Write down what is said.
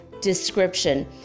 Description